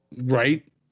Right